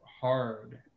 hard